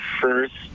first